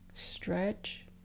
stretch